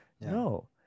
no